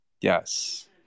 Yes